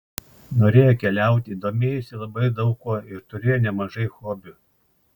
norėjo keliauti domėjosi labai daug kuo ir turėjo nemažai hobių